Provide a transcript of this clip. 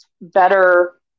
better